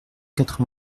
quatre